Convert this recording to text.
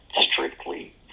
strictly